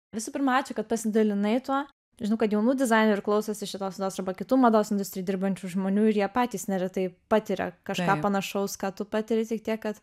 visų pirma ačiū kad pasidalinai tuo žinau kad jaunų dizainerių klausosi šitos laidos kitų mados industrijoj dirbančių žmonių kurie patys neretai patiria kažką panašaus ką tu patiri tik tiek kad